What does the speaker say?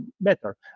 better